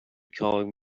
calling